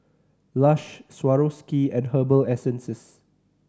Lush Swarovski and Herbal Essences